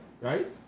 right